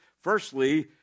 firstly